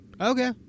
okay